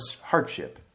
hardship